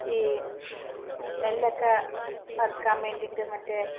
ഈ നെല്ലൊക്കെ ഇളക്കാൻ വേണ്ടിയിട്ട് മറ്റേ